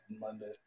Monday